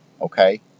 Okay